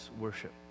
worship